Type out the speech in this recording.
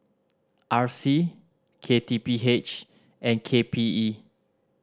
R C K T P H and K P E